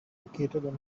located